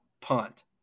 punt